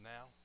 Now